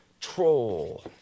troll